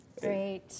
Great